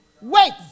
Wait